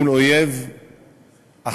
מול אויב אכזר,